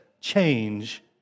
change